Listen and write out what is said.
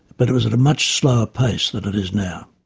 but it was at a much slower pace than it is now.